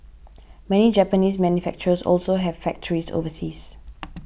many Japanese manufacturers also have factories overseas